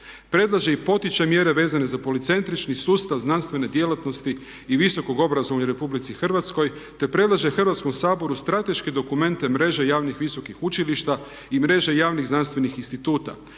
Predlaže i potiče mjere vezane za policentrični sustav znanstvene djelatnosti i visokog obrazovanja u RH te predlaže Hrvatskom saboru strateške dokumente mreže javnih visokih učilišta i mreže javnih znanstvenih instituta.